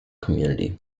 community